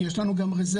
כי יש לנו גם רזרבה,